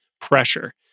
pressure